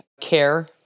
care